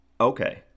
Okay